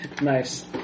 Nice